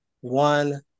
one